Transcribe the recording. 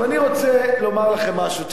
עכשיו, אני רוצה לומר לכם משהו.